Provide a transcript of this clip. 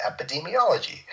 epidemiology